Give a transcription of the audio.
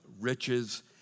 riches